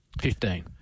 Fifteen